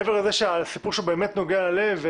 מעבר לזה שהסיפור שלו באמת נוגע ללב,